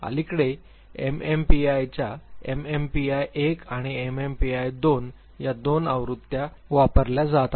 अलीकडे एमएमपीआयच्या एमएमपीआय एक आणि एमएमपीआय दोन या दोन आवृत्त्या आपल्याला वापरल्या जात आहेत